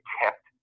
kept